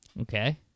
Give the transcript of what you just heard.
Okay